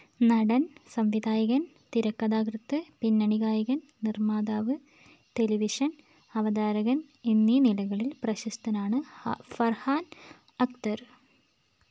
നടൻ സംവിധായകൻ തിരക്കഥാകൃത്ത് പിന്നണി ഗായകൻ നിർമ്മാതാവ് ടെലിവിഷൻ അവതാരകൻ എന്നീ നിലകളിൽ പ്രശസ്തനാണ് ഹ ഫർഹാൻ അക്തർ